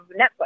Netflix